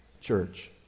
Church